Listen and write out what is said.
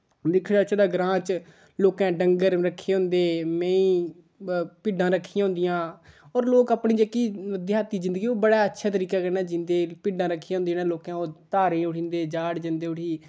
दिक्खेआ जाचै तां ग्रांऽ च लोकें डंगर रक्खे होंदे मेही भिड्डां रक्खी होन्दियां होर लोक अपनी जेह्की देहाती जिन्दगी ओह् बड़े अच्छे तरीके कन्ने जीन्दे भिड्डां रक्खी दी होन्दियां उनें लोकें ओह् धारें उठी जंदे जाड़े जन्दे उठी